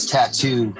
Tattoo